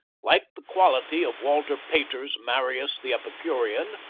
like the quality of walter pater's marius the epicurean,